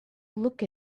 look